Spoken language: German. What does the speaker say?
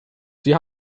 sie